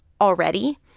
already